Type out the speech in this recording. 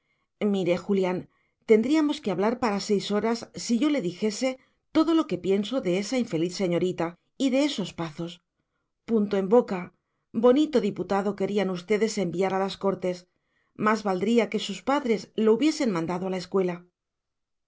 mire julián tendríamos que hablar para seis horas si yo le dijese todo lo que pienso de esa infeliz señorita y de esos pazos punto en boca bonito diputado querían ustedes enviar a las cortes más valdría que sus padres lo hubiesen mandado a la escuela